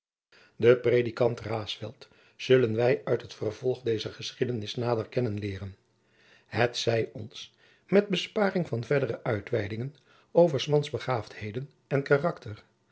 predikant raesfelt zullen wij uit het vervolg dezer geschiedenis nader kennen leeren het zij ons met besparing van verdere uitweidingen over s mans begaafdheden en karakter